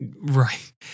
Right